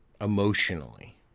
emotionally